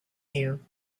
you